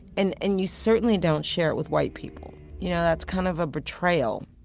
and and you certainly don't share it with white people you know that's kind of a betrayal.